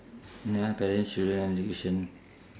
you want parents children education